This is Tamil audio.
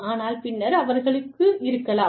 ஆனால் பின்னர் அவர்களுக்கு இருக்கலாம்